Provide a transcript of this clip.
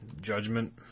judgment